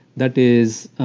that is,